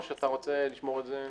או שאתה רוצה לשמור את זה.